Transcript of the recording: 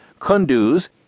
Kunduz